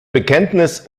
bekenntnis